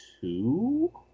two